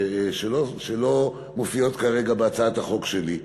שלא מופיעות כרגע בהצעת החוק שלי,